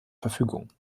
verfügung